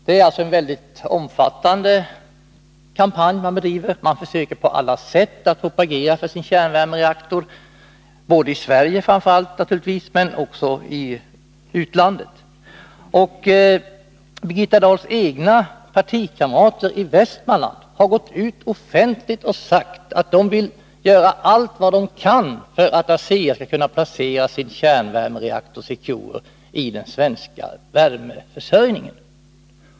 Det är en väldigt omfattande kampanj ASEA bedriver, och man försöker på alla sätt att propagera för sin kärnvärmereaktor framför allt i Sverige, men även i utlandet. Birgitta Dahls egna partikamrater i Västmanland har gått ut offentligt och sagt att de vill göra allt vad de kan för att ASEA skall kunna placera sin kärnvärmereaktor Secure inom den svenska värmeförsörjningen.